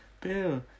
Bill